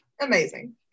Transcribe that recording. Amazing